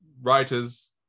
writers